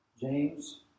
James